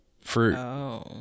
fruit